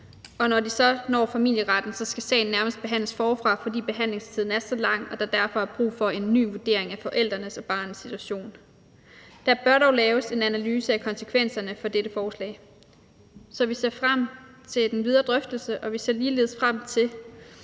og når de så når familieretten, skal sagerne nærmest behandles forfra, fordi behandlingstiden er så lang, at der derfor er brug for en ny vurdering af forældrenes og barnets situation. Der bør dog laves en analyse af konsekvenserne af dette forslag. Så vi ser frem til den videre drøftelse, og vi ser ligeledes frem til